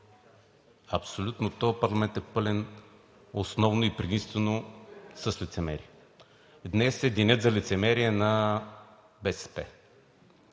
Абсолютно този парламент е пълен основно и предимно с лицемери. Днес е денят за лицемерие на БСП.